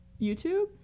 YouTube